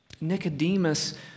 Nicodemus